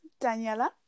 Daniela